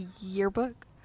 yearbook